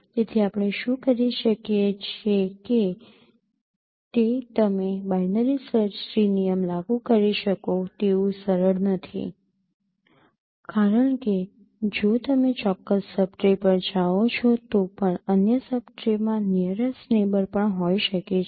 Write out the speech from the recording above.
તેથી આપણે શું કરી શકીએ છે કે તે તમે બાઈનરી સર્ચ ટ્રી નિયમ લાગુ કરી શકો તેવું સરળ નથી કારણ કે જો તમે ચોક્કસ સબ ટ્રી પર જાઓ છો તો પણ અન્ય સબ ટ્રી માં નીયરેસ્ટ નેબર પણ હોઈ શકે છે